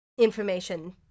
information